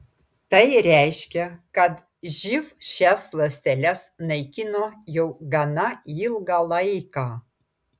tai reiškia kad živ šias ląsteles naikino jau gana ilgą laiką